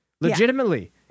Legitimately